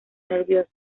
nerviosa